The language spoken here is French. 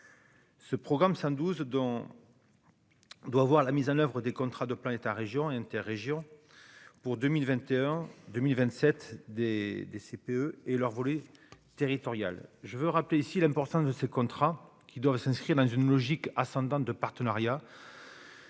ce programme ça 12 dont doit voir la mise en oeuvre des contrats de plan État Régions et interrégions pour 2021 2027 des des CPE et leur volet territorial, je veux rappeler ici l'importance de ce contrat, qui doivent s'inscrire dans une logique ascendante de partenariat.